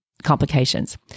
complications